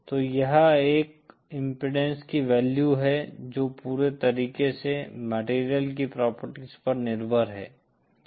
तो यह एक इम्पीडेन्स की वैल्यू है जो पूरे तरीके से मटेरियल की प्रॉपर्टीज पर निर्भर है